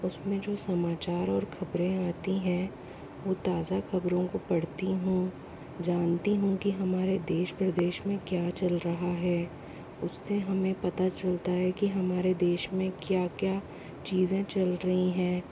उसमे जो समाचार और खबरें आती हैं वो ताज़ा खबरों को पढ़ती हूँ जानती हूँ की हमारे देश प्रदेश मे क्या चल रहा है उससे हमें पता चलता है की हमारे देश में क्या क्या चीज़े चल रही हैं